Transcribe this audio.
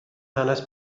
hanes